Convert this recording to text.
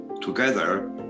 together